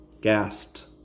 gasped